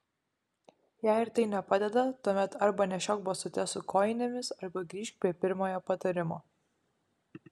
jei ir tai nepadeda tuomet arba nešiok basutes su kojinėmis arba grįžk prie pirmojo patarimo